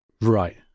Right